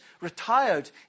retired